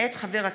מאת חברת